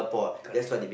correct